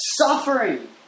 suffering